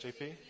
JP